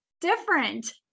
different